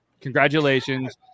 Congratulations